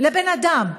לבן אדם: